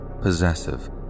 possessive